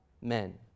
men